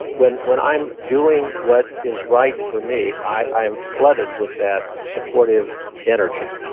when when i'm doing what is right for me, i am flooded with that supportive energy.